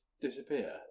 disappear